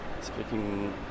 speaking